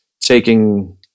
taking